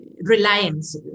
reliance